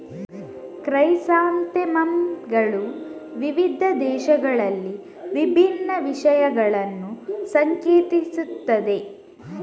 chrysanthemum ಗಳು ವಿವಿಧ ದೇಶಗಳಲ್ಲಿ ವಿಭಿನ್ನ ವಿಷಯಗಳನ್ನು ಸಂಕೇತಿಸುತ್ತವೆ